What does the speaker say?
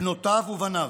בנותיו ובניו.